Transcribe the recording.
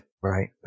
Right